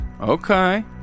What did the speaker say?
Okay